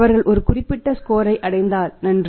அவர்கள் ஒரு குறிப்பிட்ட ஸ்கோரை அடைந்தால் நன்று